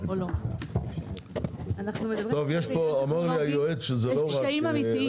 יש קשיים אמיתיים.